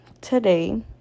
today